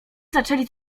zaczęli